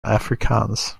afrikaans